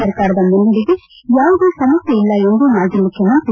ಸರ್ಕಾರದ ಮುನ್ನಡೆಗೆ ಯಾವುದೇ ಸಮಸ್ಥೆ ಇಲ್ಲ ಎಂದು ಮಾಜಿ ಮುಖ್ಯಮಂತ್ರಿ